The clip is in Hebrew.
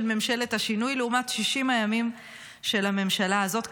ממשלת השינוי לעומת 60 הימים של הממשלה הזאת.